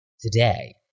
today